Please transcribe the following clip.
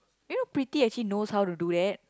you know pretty actually knows how to do that